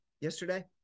yesterday